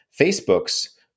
Facebook's